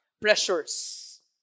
Pressures